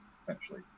essentially